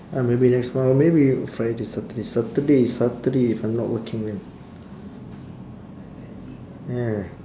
uh maybe next month or maybe friday saturday saturday saturday if I'm not working when yeah